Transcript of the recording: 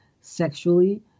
sexually